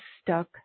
stuck